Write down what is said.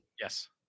Yes